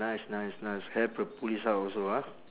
nice nice nice help the police out also ah